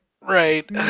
Right